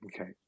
Okay